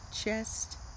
chest